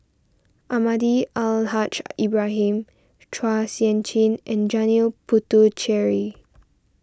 Almahdi Al Haj Ibrahim Chua Sian Chin and Janil Puthucheary